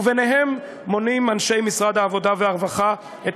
וביניהן מונים אנשי משרד העבודה והרווחה את